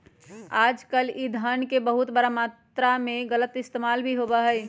आजकल ई धन के बहुत बड़ा मात्रा में गलत इस्तेमाल भी होबा हई